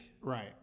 Right